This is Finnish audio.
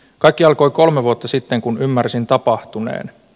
kaikki alkoi kolme vuotta sitten kun ymmärsin tapahtuneen